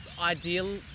Ideal